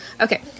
okay